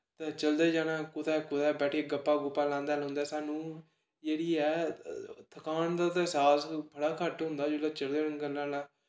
ते चलदे जाना कुदै कुदै बैठियै गप्पां गुप्पां लांदे लूंदें सानूं जेह्ड़ी ऐ थकान दा ते ऐह्सास बड़ा घट्ट होंदा जिसलै चला दे होन्ने कन्नै